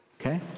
Okay